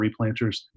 replanters